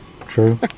true